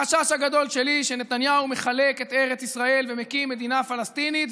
החשש הגדול שלי הוא שנתניהו מחלק את ארץ ישראל ומקים מדינה פלסטינית,